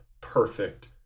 perfect